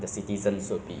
uh if